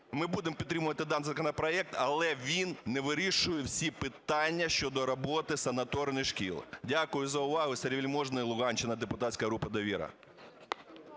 ми будемо підтримувати даний законопроект, але він не вирішує всі питання щодо роботи санаторних шкіл. Дякую за увагу. Сергій Вельможний, Луганщина, депутатська група "Довіра".